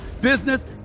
business